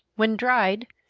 when dried,